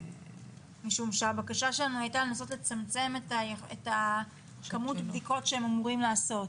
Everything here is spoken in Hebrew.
משום שהבקשה שלנו הייתה לנסות לצמצם את כמות הבדיקות שהם אמורים לעשות.